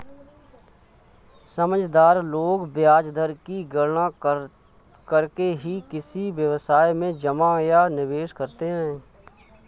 समझदार लोग ब्याज दर की गणना करके ही किसी व्यवसाय में जमा या निवेश करते हैं